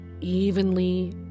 evenly